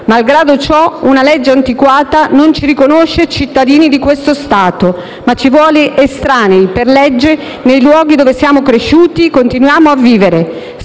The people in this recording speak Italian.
Malgrado ciò, una legge antiquata non ci riconosce cittadini di questo Stato, ma ci vuole estranei per legge nei luoghi dove siamo cresciuti e continuiamo a vivere.